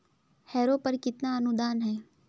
Harrow पर कितना अनुदान है?